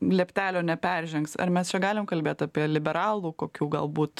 lieptelio neperžengs ar mes čia galim kalbėt apie liberalų kokių galbūt